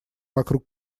вокруг